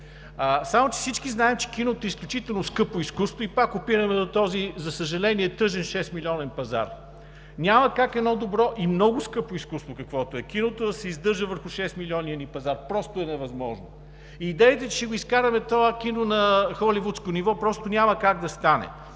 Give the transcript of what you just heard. Само че всички знаем, че киното е изключително скъпо изкуство и пак опираме до този, за съжаление, тъжен шестмилионен пазар. Няма как едно добро и много скъпо изкуство, каквото е киното, да се издържа върху шестмилионния ни пазар. Просто е невъзможно. Идеите, че ще го изкараме това кино на холивудско ниво няма как да стане.